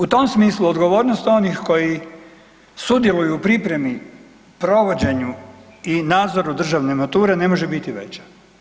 U tom smislu odgovornost onih koji sudjeluju u pripremi, provođenju i nadzoru državne mature ne može biti veća.